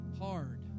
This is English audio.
hard